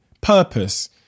Purpose